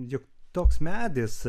juk toks medis